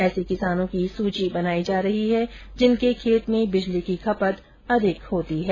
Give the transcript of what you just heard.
ऐसे किसानों की सूची बनाई जा रही है जिनके खेत में बिजली की खपत अधिक होती है